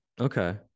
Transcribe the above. Okay